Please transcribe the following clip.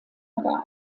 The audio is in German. aber